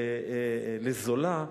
לזולה,